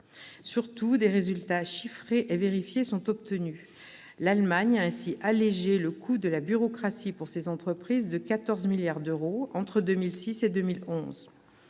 Surtout, des résultats chiffrés et vérifiés sont obtenus. L'Allemagne a ainsi allégé le coût de la bureaucratie pour ses entreprises de 14 milliards d'euros entre 2006 et 2011.